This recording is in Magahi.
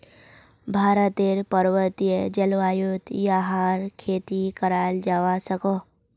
भारतेर पर्वतिये जल्वायुत याहर खेती कराल जावा सकोह